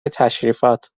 تشریفات